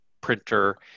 printer